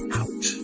out